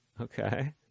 Okay